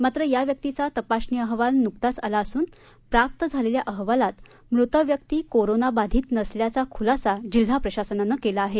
मात्र या व्यक्तीचा तपासणी अहवालात नुकताच आला असून प्राप्त झालेल्या अहवालात मृत व्यक्ती कोरोना बाधित नसल्याचा खुलासा जिल्हा प्रशासनानं केला आहे